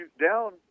down